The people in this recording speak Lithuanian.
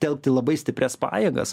telkti labai stiprias pajėgas